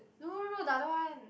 no no no the other one